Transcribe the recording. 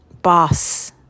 Boss